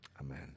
Amen